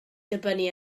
dibynnu